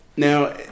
Now